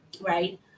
right